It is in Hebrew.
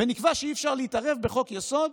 ונקבע שאי-אפשר להתערב בחוק-יסוד,